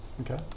Okay